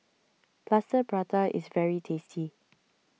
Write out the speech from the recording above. Plaster Prata is very tasty